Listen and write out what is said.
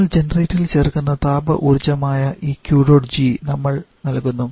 നിങ്ങൾ ജനറേറ്ററിൽ ചേർക്കുന്ന താപ ഊർജ്ജമായ ഈ Q dot G നമ്മൾ നൽകുന്നു